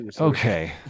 Okay